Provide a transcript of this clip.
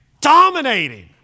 Dominating